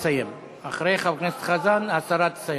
אחרי חבר הכנסת חזן, השרה תסיים.